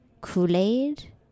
Kool-Aid